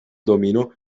dominó